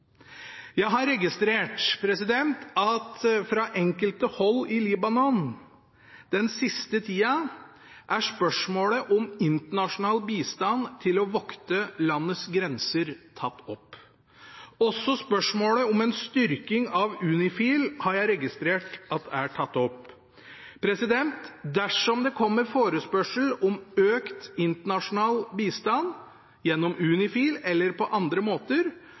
Jeg har registrert at fra enkelte hold i Libanon den siste tida er spørsmålet om internasjonal bistand til å vokte landets grenser tatt opp. Også spørsmålet om en styrking av UNIFIL har jeg registrert er tatt opp. Dersom det kommer forespørsel om økt internasjonal bistand gjennom UNIFIL eller på andre måter,